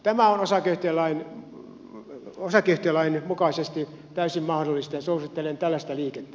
tämä on osakeyhtiölain mukaisesti täysin mahdollista ja suosittelen tällaista liikettä